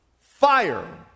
fire